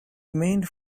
remained